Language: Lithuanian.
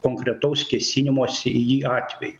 konkretaus kėsinimosi į jį atveju